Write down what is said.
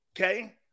Okay